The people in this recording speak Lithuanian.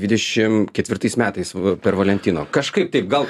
dvidešim ketvirtais metais per valentino kažkaip taip gal